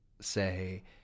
say